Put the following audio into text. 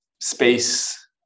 space